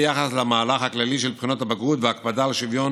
ביחס למהלך הכללי של בחינות הבגרות וההקפדה על שוויון